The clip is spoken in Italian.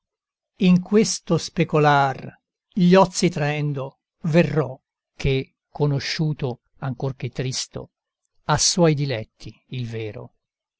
in questo specolar gli ozi traendo verrò che conosciuto ancor che tristo ha suoi diletti il vero